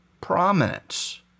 prominence